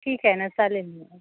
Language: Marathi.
ठीक आहे ना चालेल